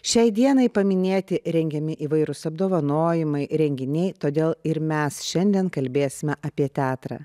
šiai dienai paminėti rengiami įvairūs apdovanojimai renginiai todėl ir mes šiandien kalbėsime apie teatrą